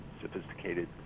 sophisticated